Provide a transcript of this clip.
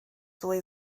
ddwy